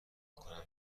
کنم